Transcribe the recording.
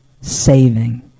saving